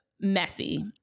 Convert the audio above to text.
messy